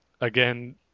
again